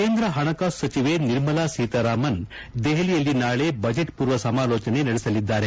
ಕೇಂದ್ರ ಹಣಕಾಸು ಸಚಿವೆ ನಿರ್ಮಲಾ ಸೀತಾರಾಮನ್ ಅವರು ದೆಹಲಿಯಲ್ಲಿ ನಾಳೆ ಬಜೆಟ್ ಪೂರ್ವ ಸಮಾಲೋಚನೆ ನಡೆಸಲಿದ್ದಾರೆ